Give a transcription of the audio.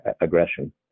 aggression